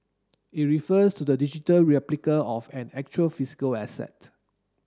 it refers to the digital replica of an actual physical asset